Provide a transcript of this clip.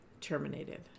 terminated